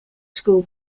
school